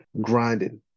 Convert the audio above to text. grinding